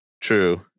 True